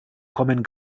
kommen